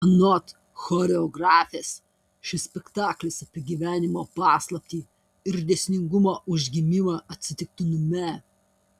anot choreografės šis spektaklis apie gyvenimo paslaptį ir dėsningumo užgimimą atsitiktinume